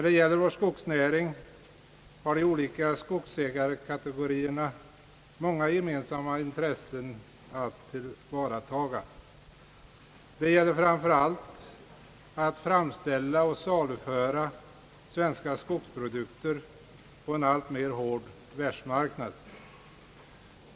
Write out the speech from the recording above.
De olika skogsägarkategorierna har många gemensamma intressen att tillvarata. Det gäller framför allt att framställa och saluföra svenska skogsprodukter på en alltmer hårdnande världsmarknad.